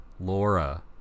Laura